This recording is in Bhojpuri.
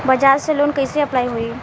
बजाज से लोन कईसे अप्लाई होई?